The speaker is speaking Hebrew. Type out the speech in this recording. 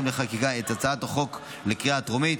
לענייני חקיקה את הצעת החוק לקריאה הטרומית.